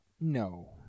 No